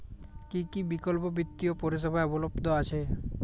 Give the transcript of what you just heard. কী কী বিকল্প বিত্তীয় পরিষেবা উপলব্ধ আছে?